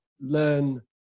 learn